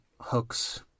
hooks